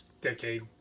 decade